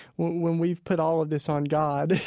when when we've put all of this on god,